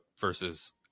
versus